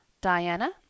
Diana